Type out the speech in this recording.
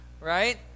right